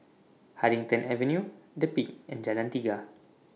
Huddington Avenue The Peak and Jalan Tiga